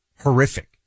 horrific